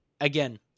Again